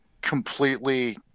completely